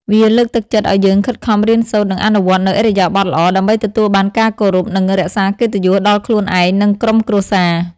វាលើកទឹកចិត្តឱ្យយើងខិតខំរៀនសូត្រ និងអនុវត្តនូវឥរិយាបទល្អ ដើម្បីទទួលបានការគោរព និងរក្សាកិត្តិយសដល់ខ្លួនឯង និងក្រុមគ្រួសារ។